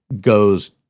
goes